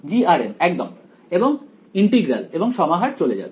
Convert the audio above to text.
g একদম এবং integral এবং সমাহার চলে যাবে